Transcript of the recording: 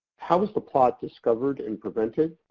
how was the plot discovered and prevented.